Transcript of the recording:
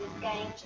games